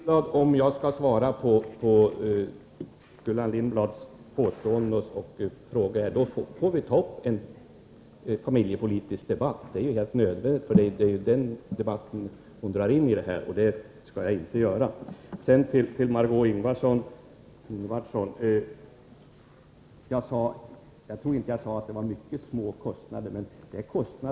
Herr talman! Om jag skall bemöta och svara på Gullan Lindblads påståenden och frågor får vi föra en familjepolitisk debatt — det är helt nödvändigt, eftersom det är en sådan debatt som Gullan Lindblad tar upp. Men det tänker jag inte göra. Till Marg6 Ingvardsson: Jag tror inte att jag sade att kostnaderna var mycket små.